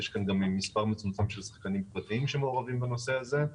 יש כאן גם מספר מצומצם של שחקנים פרטיים שמעורבים בנושא הזה.